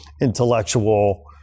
intellectual